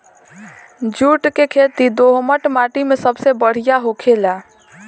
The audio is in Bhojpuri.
जुट के खेती दोहमट माटी मे सबसे बढ़िया होखेला